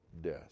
death